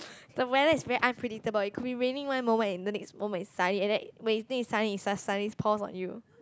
the weather is very unpredictable it could be raining one moment and the next moment its sunny and then when you think it's sunny it star~ suddenly pours on you